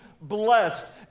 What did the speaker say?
blessed